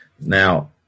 Now